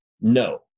No